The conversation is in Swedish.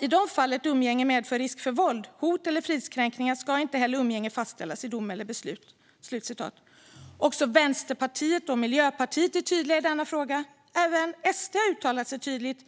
"I de fall ett umgänge medför risk för våld, hot eller fridskränkningar ska inte heller umgänge fastställas i dom eller beslut." Också Vänsterpartiet och Miljöpartiet är tydliga i denna fråga. Även SD har uttalat sig tydligt.